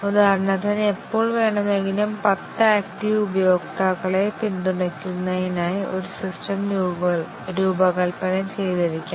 ഉദാഹരണത്തിന് എപ്പോൾ വേണമെങ്കിലും പത്ത് ആക്ടിവ് ഉപയോക്താക്കളെ പിന്തുണയ്ക്കുന്നതിനായി ഒരു സിസ്റ്റം രൂപകൽപ്പന ചെയ്തിരിക്കാം